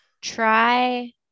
try